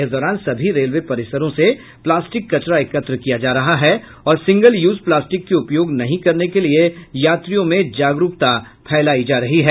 इस दौरान सभी रेलवे परिसरों से प्लास्टिक कचरा एकत्र किया जा रहा है और सिंगल यूज प्लास्टिक के उपयोग नहीं करने के लिए यात्रियों में जागरूकता पैदा की जा रही है